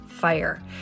fire